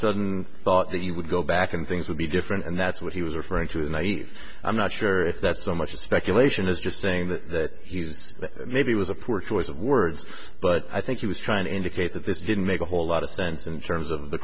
sudden thought that you would go back and things would be different and that's what he was referring to is naive i'm not sure if that's so much speculation is just saying that he's maybe was a poor choice of words but i think he was trying to indicate that this didn't make a whole lot of sense in terms